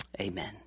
amen